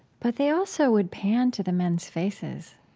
but they also would pan to the men's faces,